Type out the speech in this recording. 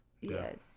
Yes